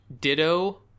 Ditto